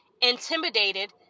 intimidated